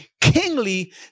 kingly